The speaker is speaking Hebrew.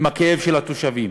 עם הכאב של התושבים.